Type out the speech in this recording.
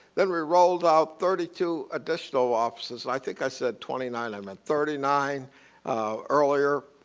then we rolled out thirty two additional offices, i think i said twenty nine, i meant thirty nine earlier.